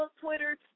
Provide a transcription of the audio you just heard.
twitter